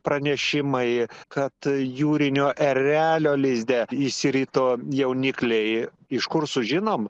pranešimai kad jūrinio erelio lizde išsirito jaunikliai iš kur sužinom